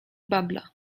babla